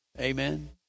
Amen